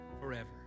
forever